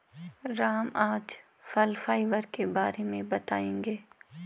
राम आज फल फाइबर के बारे में बताएँगे